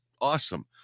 awesome